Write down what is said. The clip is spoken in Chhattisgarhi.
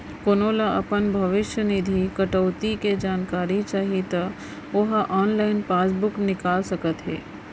कोनो ल अपन भविस्य निधि कटउती के जानकारी चाही त ओ ह ऑनलाइन पासबूक निकाल सकत हे